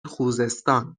خوزستان